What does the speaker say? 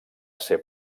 ser